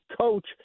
coach